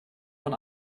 von